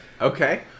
Okay